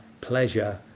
pleasure